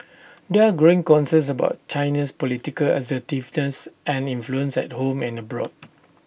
there are growing concerns about China's political assertiveness and influence at home and abroad